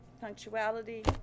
punctuality